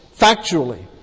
factually